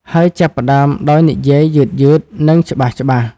ហើយចាប់ផ្តើមដោយនិយាយយឺតៗ និងច្បាស់ៗ។